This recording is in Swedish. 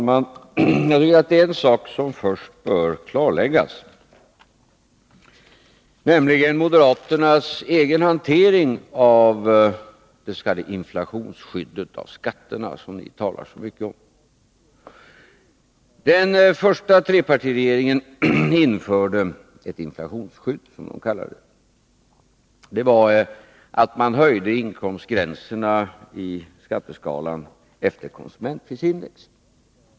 Herr talman! En sak bör först klarläggas, nämligen moderaternas egen hantering av det s.k. inflationsskyddet av skatterna som de talar så mycket om. Den första trepartiregeringen införde ett inflationsskydd, som de kallade det. Det innebar att man höjde inkomstgränserna i skatteskalan efter konsumentprisindex.